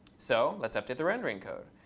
so let's update the rendering code.